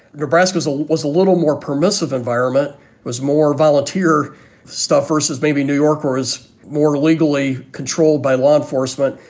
nebraska's goal was a little more permissive environment was more volunteer stuff versus maybe new york or is more legally controlled by law enforcement.